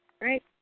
Great